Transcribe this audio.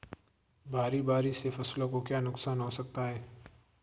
भारी बारिश से फसलों को क्या नुकसान हो सकता है?